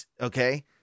okay